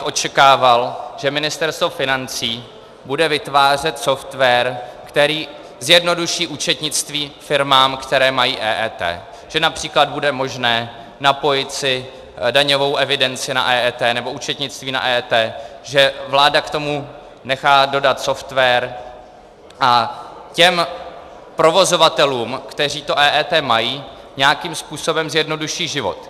Očekával bych, že Ministerstvo financí bude vytvářet software, který zjednoduší účetnictví firmám, které mají EET, že například bude možné napojit si daňovou evidenci na EET nebo účetnictví na EET, že vláda k tomu nechá dodat software a těm provozovatelům, kteří EET mají, nějakým způsobem zjednoduší život.